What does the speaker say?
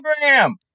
program